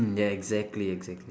mm ya exactly exactly